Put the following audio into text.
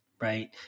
right